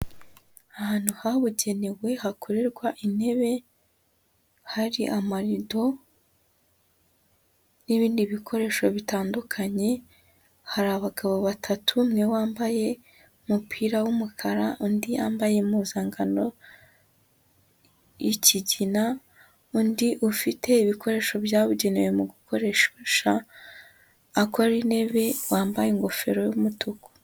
Ahantu habugenewe hakorerwa intebe hari amarido n'ibindi bikoresho bitandukanye, hari abagabo batatu umwe wambaye umupira w'umukara, undi yambaye impuzankano y'ikigina, undi ufite ibikoresho byabugenewe mu gukoresha akora intebe wambaye ingofero y'umutuku.